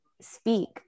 speak